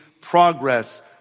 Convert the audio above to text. progress